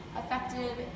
effective